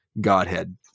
Godhead